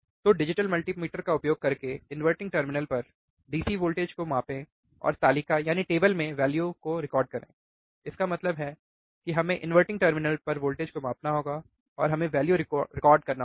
तो digital multimeter का उपयोग करके इनवर्टिंग टर्मिनल पर DC वोल्टेज को मापें और तालिका में वैल्यु रिकॉर्ड करें इसका मतलब है कि हमें इनवर्टिंग टर्मिनल पर वोल्टेज को मापना होगा और हमें वैल्यु रिकॉर्ड करना होगा